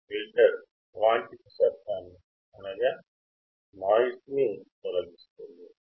filter అవాంఛిత తరంగాలను తొలగిస్తుంది